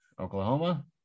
Oklahoma